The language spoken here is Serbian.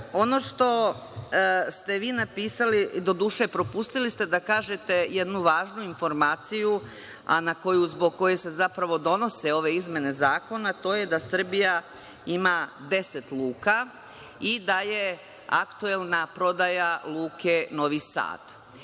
Vučić, ali tako jeste. Doduše propustili ste da kažete jednu važnu informaciju, a zbog koje se zapravo donose ove izmene zakona, a to je da Srbija ima deset luka i da je aktuelna prodaja Luke Novi Sad